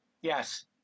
Yes